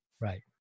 Right